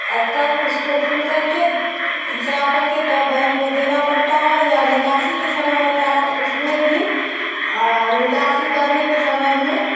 तब उसको पुल करके हिसाब करके तब बैंक में देना पड़ता है या निकासी के समय होता है तो उसमें भी निकासी करने के समय में